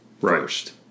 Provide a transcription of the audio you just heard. first